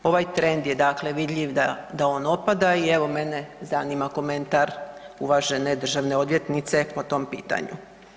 Ovaj trend je dakle vidljiv da on opada i evo mene zanima komentar uvažene državne odvjetnice po tom pitanju.